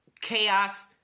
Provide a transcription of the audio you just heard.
Chaos